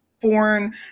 foreign